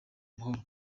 amahoro